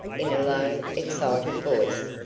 in a low, excited voice.